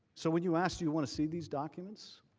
so when you ask, do you want to see these documents?